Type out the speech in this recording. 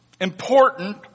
important